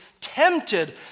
tempted